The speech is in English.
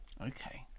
Okay